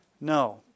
No